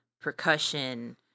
percussion